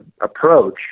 approach